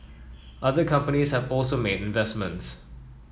other companies have also made investments